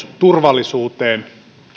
turvallisuuteen